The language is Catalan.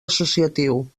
associatiu